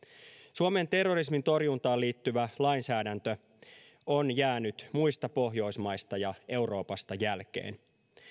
suomen terrorismintorjuntaan liittyvä lainsäädäntö on jäänyt muista pohjoismaista ja euroopasta jälkeen